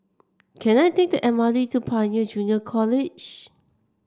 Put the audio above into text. can I take the M R T to Pioneer Junior College